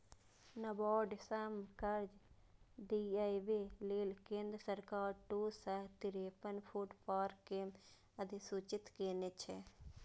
नाबार्ड सं कर्ज दियाबै लेल केंद्र सरकार दू सय तिरेपन फूड पार्क कें अधुसूचित केने छै